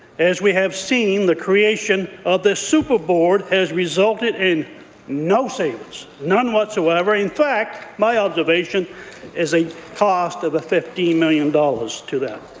as we have seen, the creation of this super board has resulted in no savings, none whatsoever. in fact, my observation is a cost of fifteen million dollars to them.